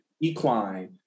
Equine